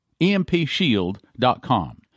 empshield.com